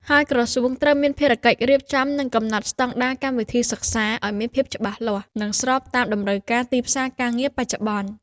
ហើយក្រសួងត្រូវមានភារកិច្ចរៀបចំ និងកំណត់ ស្តង់ដារកម្មវិធីសិក្សា ឱ្យមានភាពច្បាស់លាស់ និងស្របតាមតម្រូវការទីផ្សារការងារបច្ចុប្បន្ន។